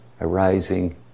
arising